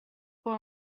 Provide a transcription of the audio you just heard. for